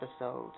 episodes